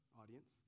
Audience